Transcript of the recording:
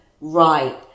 right